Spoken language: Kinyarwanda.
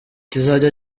kizajya